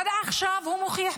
עד עכשיו הוא מוכיח,